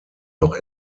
noch